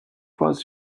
was